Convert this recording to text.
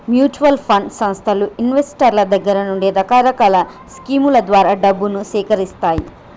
mutual fund సంస్థలు ఇన్వెస్టర్ల దగ్గర నుండి రకరకాల స్కీముల ద్వారా డబ్బును సేకరిత్తాయి